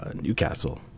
Newcastle